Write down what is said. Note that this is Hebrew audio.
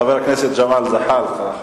חבר הכנסת ג'מאל זחאלקה.